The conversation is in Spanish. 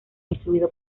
influido